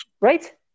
right